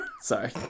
Sorry